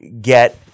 get